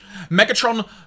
Megatron